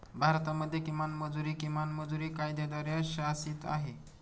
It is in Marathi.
भारतामध्ये किमान मजुरी, किमान मजुरी कायद्याद्वारे शासित आहे